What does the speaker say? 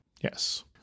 Yes